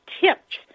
tips